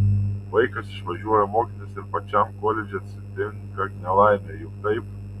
vaikas išvažiuoja mokytis ir pačiam koledže atsitinka nelaimė juk taip